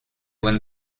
when